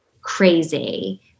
crazy